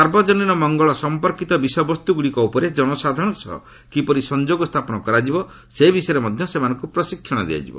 ସାର୍ବଜନୀନ ମଙ୍ଗଳ ସମ୍ପର୍କିତ ବିଷୟବସ୍ତୁଗୁଡ଼ିକ ଉପରେ ଜନସାଧାରଣଙ୍କ ସହ କିପରି ସଂଯୋଗ ସ୍ଥାପନ କରାଯିବ ସେ ବିଷୟରେ ମଧ୍ୟ ସେମାନଙ୍କୁ ପ୍ରଶିକ୍ଷଣ ଦିଆଯିବ